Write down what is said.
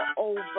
over